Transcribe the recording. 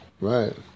Right